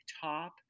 top